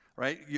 right